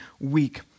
week